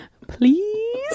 Please